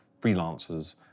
freelancers